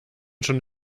schon